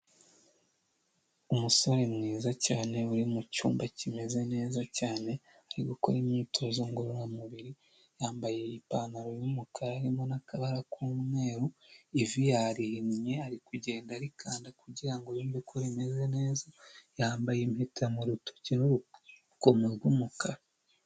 Umusore mwiza cyane, uri mu cyumba kimeze neza cyane, ari gukora imyitozo ngororamubiri, yambaye ipantaro y'umukara harimo n'akabara k'umweru, ivi yarihinnye ari kugenda arikanda kugira ngo yumve ko rimeze neza, yambaye impeta mu rutoki n'urukomo rw'umukara.